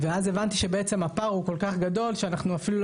ואז הבנתי שבעצם הפער הוא כל כך גדול שאנחנו אפילו לא